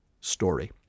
story